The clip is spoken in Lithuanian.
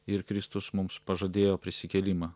ir kristus mums pažadėjo prisikėlimą